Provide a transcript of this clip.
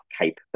cape